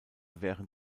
während